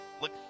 Look